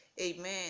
Amen